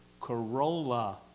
Corolla